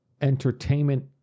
entertainment